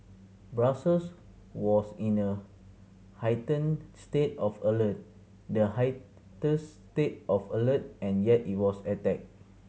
Brussels was in a heightened state of alert the highest state of alert and yet it was attacked